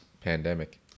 pandemic